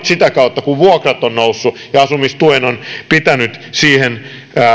sitä kautta kun vuokrat ovat nousseet ja asumistuen on pitänyt siihen